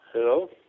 Hello